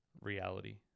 reality